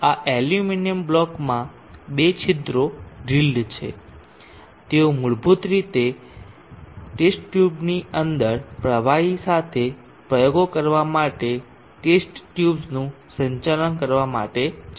આ એલ્યુમિનિયમ બ્લોકમાં બે છિદ્રો ડ્રિલ્ડ છે તેઓ મૂળભૂત રીતે ટેસ્ટ ટ્યુબની અંદર પ્રવાહી સાથે પ્રયોગો કરવા માટે ટેસ્ટ ટ્યુબ્સનું સંચાલન કરવા માટે છે